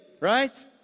right